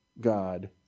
God